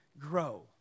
grow